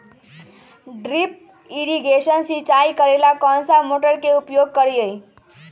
Drip irrigation सिंचाई करेला कौन सा मोटर के उपयोग करियई?